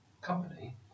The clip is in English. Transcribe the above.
company